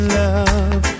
love